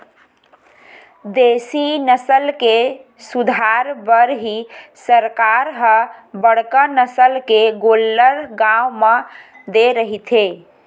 देसी नसल के सुधार बर ही सरकार ह बड़का नसल के गोल्लर गाँव म दे रहिथे